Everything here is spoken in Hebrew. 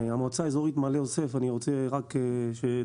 המועצה האזורית מעלה יוסף, אני רוצה רק שתדע,